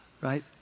right